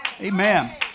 Amen